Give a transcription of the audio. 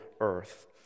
Earth